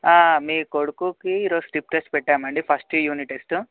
మీ కొడుకుకి ఈరోజు slip test పెట్టాం అండి ఫస్ట్ యూనిట్ టెస్ట్